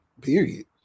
period